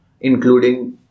including